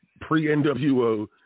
pre-NWO